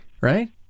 right